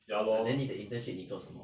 ah then 你的 internship 你做什么